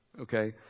Okay